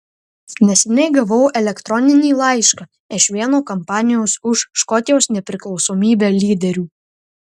neseniai gavau elektroninį laišką iš vieno kampanijos už škotijos nepriklausomybę lyderių